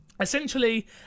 Essentially